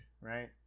right